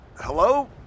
Hello